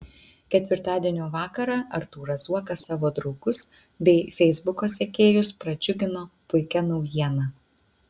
ketvirtadienio vakarą artūras zuokas savo draugus bei feisbuko sekėjus pradžiugino puikia naujiena